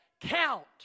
count